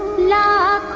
no